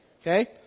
Okay